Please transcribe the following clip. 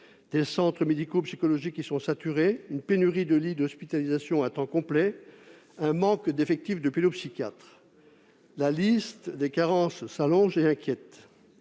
: centres médico-psychologiques saturés, pénurie de lits d'hospitalisation à temps complet, manque d'effectifs de pédopsychiatres, la liste des carences s'allonge et inquiète.